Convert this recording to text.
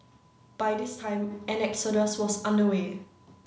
by this time an exodus was under way